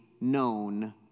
known